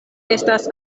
estas